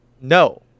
no